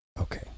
Okay